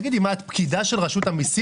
תגידי, את פקידה של רשות המיסים?